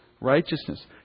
righteousness